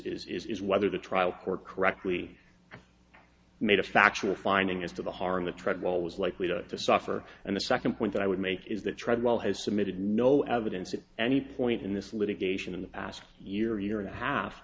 is is whether the trial court correctly i made a factual finding as to the harm the treadwell was likely to suffer and the second point i would make is that treadwell has submitted no evidence at any point in this litigation in the past year year and a half